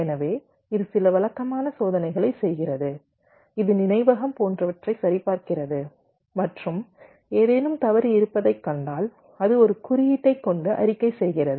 எனவே இது சில வழக்கமான சோதனைகளை செய்கிறது இது நினைவகம் போன்றவற்றை சரிபார்க்கிறது மற்றும் ஏதேனும் தவறு இருப்பதைக் கண்டால் அது ஒரு குறியீட்டைக் கொண்டு அறிக்கை செய்கிறது